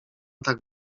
tak